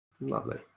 Lovely